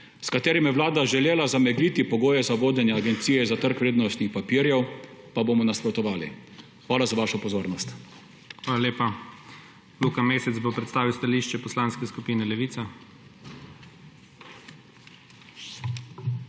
s katerim je Vlada želela zamegliti pogoje za vodenje Agencije za trg vrednostnih papirjev, pa bomo nasprotovali. Hvala za vašo pozornost. **PREDSEDNIK IGOR ZORČIČ:** Hvala lepa. Luka Mesec bo predstavil stališče Poslanske skupine Levica.